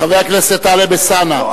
חבר הכנסת טלב אלסאנע,